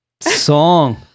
song